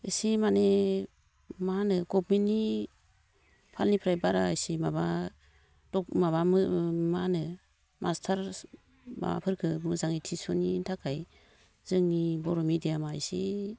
इसे माने मा होनो गभमेन्टनि फान्डनिफ्राय बारा इसे माबा माबा मा होनो मास्टार माबाफोरखौ मोजाङै थिस'निनि थाखाय जोंनि बर' मिदियामा इसे